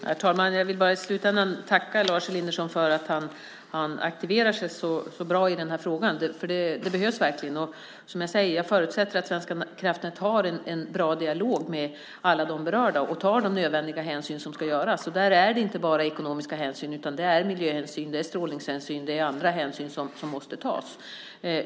Herr talman! Jag vill bara till sist tacka Lars Elinderson för att han aktiverar sig så bra i den här frågan, för det behövs verkligen. Som jag säger förutsätter jag att Svenska kraftnät har en bra dialog med alla de berörda och tar de nödvändiga hänsyn som ska tas. Där gäller det inte bara ekonomiska hänsyn, utan det är också miljöhänsyn, strålningshänsyn och andra hänsyn som måste tas.